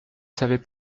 savez